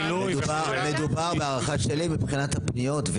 מדובר בהערכה שלי מבחינת הפניות,